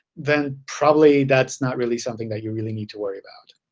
then probably that's not really something that you really need to worry about.